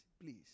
please